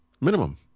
Minimum